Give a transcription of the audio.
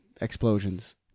explosions